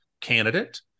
candidate